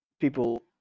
people